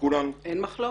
אין מחלוקת.